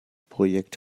projekt